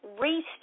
restart